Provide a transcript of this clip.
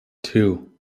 two